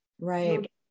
Right